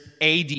AD